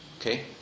Okay